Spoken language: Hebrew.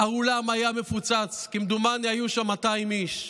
האולם היה מפוצץ, כמדומני היו שם 200 איש.